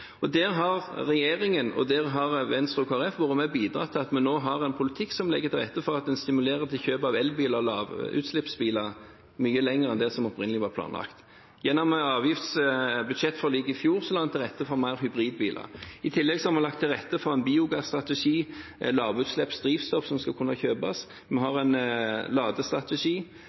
Der har regjeringen og Venstre og Kristelig Folkeparti vært med på å bidra til at vi nå har en politikk som legger til rette for at en stimulerer til kjøp av elbiler og lavutslippsbiler mye lenger enn det som opprinnelig var planlagt. Gjennom avgiftsbudsjettforliket i fjor la en til rette for mer hybridbiler. I tillegg har vi lagt til rette for en biogass-strategi, lavutslippsdrivstoff som skal kunne kjøpes. Vi